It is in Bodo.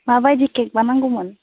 माबायदि केकबा नांगौमोन